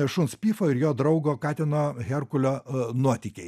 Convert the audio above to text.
šuns pifo ir jo draugo katino herkulio nuotykiai